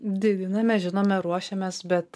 didiname žinome ruošiamės bet